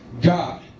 God